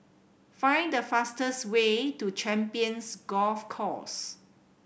find the fastest way to Champions Golf Course